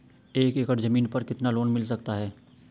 एक एकड़ जमीन पर कितना लोन मिल सकता है?